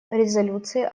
резолюции